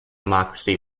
democracy